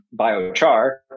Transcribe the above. biochar